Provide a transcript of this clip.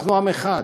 שאנחנו עם אחד.